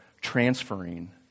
transferring